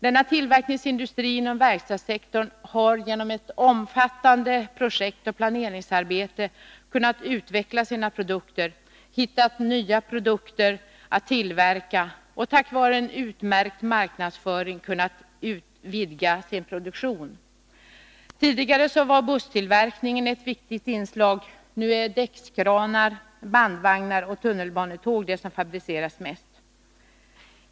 Denna tillverkningsindustri inom verkstadssektorn har genom ett omfattande projektoch planeringsarbete kunnat utveckla sina produkter, hitta nya produkter att tillverka och tack vare en utmärkt marknadsföring kunnat vidga sin produktion. Tidigare var busstillverkningen ett viktigt inslag. Nu är däckskranar, bandvagnar och tunnelbanetåg det som fabriceras mest.